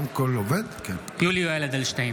(קורא בשמות חברי הכנסת) יולי יואל אדלשטיין,